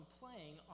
playing